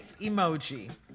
emoji